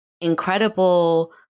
incredible